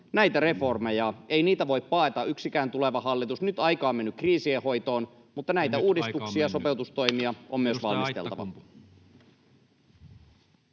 näitä reformeja. Ei niitä voi paeta yksikään tuleva hallitus. Nyt aika on mennyt kriisien hoitoon, mutta näitä uudistuksia, [Puhemies: Nyt aika